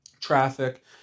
traffic